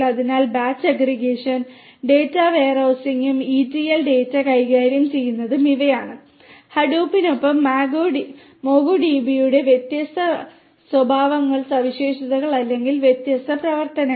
അതിനാൽ batch aggregation data വെയർഹൌസിംഗും ETL data കൈകാര്യം ചെയ്യുന്നതും ഇവയാണ് ഹഡൂപ്പിനൊപ്പം മംഗോഡിബിയുടെ വ്യത്യസ്ത സ്വഭാവസവിശേഷതകൾ അല്ലെങ്കിൽ വ്യത്യസ്ത പ്രവർത്തനങ്ങൾ